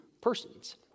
persons